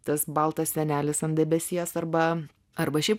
tas baltas senelis ant debesies arba arba šiaip